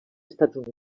estats